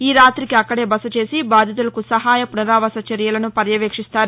ఈ రాతికి అక్కడే బసచేసి బాధితులకు సహాయ పునరావాస చర్యలను పర్వవేక్షిస్తారు